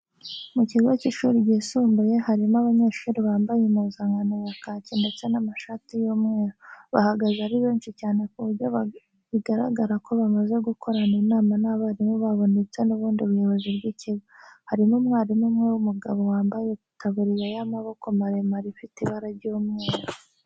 Mu kigo cy'ishuri ryisumbuye harimo abanyeshuri bambaye impuzankano ya kaki ndetse n'amashati y'umweru. Bahagaze ari benshi cyane ku buryo bigaragara ko bamaze gukorana inama n'abarimu babo ndetse n'ubundi buyobozi bw'ikigo. Harimo umwarimu umwe w'umugabo wambaye itaburiya y'amaboko maremare ifite ibara ry'umweru.